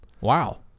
wow